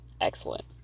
excellent